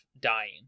dying